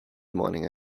morning